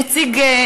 לא,